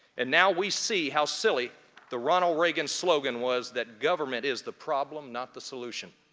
and now we see how silly the ronald reagan slogan was that government is the problem, not the solution.